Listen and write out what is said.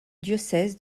diocèse